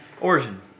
Origin